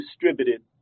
distributed